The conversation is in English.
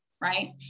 right